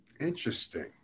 Interesting